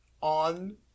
on